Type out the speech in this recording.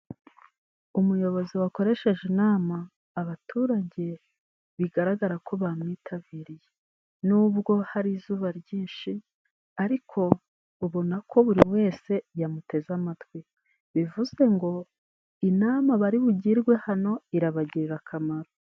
Umuyobozi wakoresheje inama abaturage bigaragarako bamwitabiriye, n'ubwo hari izuba ryinshi ariko ubonako buri wese yamuteze amatwi ,bivuze ngo inama bari bugirwe hano irabagirira akamaro.